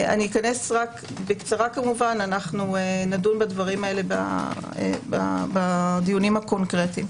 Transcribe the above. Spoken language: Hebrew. אכנס בקצרה נדון בדברים בדיונים הקונקרטיים.